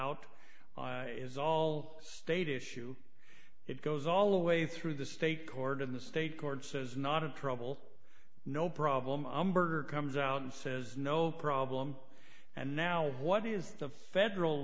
out is all state issue it goes all the way through the state court in the state court says not a trouble no problem umberger comes out and says no problem and now what is the federal